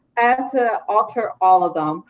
i had to alter all of them.